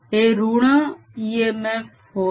हे ऋण इएमएफ होय